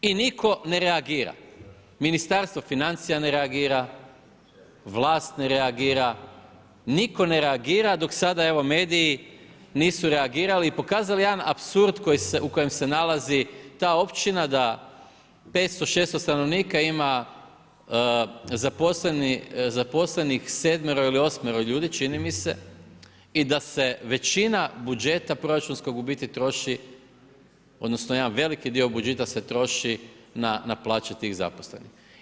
I nitko ne reagira, ministarstvo financija ne reagira, vlast ne reagira, nitko ne reagira, dok sada evo mediji, nisu reagirali, pokazali jedan apsurd, u kojem se nalazi ta općina, da 500-600 st. ima zaposlenih 7 ili 8 ljudi, čini mi se i da se većina budžeta proračunskog trošak, odnosno, jedan veliki dio budžeta se troši na plaće tih zaposlenih.